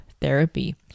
therapy